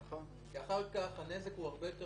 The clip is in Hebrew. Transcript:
כי אחר כך הנזק הוא הרבה יותר